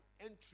entry